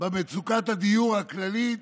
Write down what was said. במצוקת הדיור הכללית,